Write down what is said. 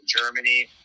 Germany